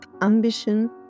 ambition